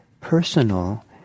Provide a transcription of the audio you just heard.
personal